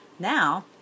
Now